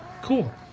Cool